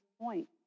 point